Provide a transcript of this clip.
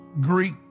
Greek